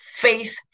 faith